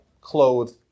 clothed